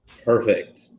perfect